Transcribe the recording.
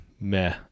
meh